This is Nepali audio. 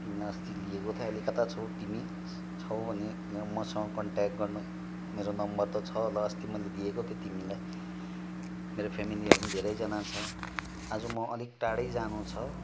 तिमीलाई अस्ति लिएको थिएँ अहिले कता छौ तिमी छौ भने यहाँ मसँग कनट्याक्ट गर्ने मेरो नम्बर त छ होला अस्ति मैले दिएको थिएँ तिमीलाई मेरो फेमिलीहरू पनि धेरैजना छ आज म अलिक टाढै जानु छ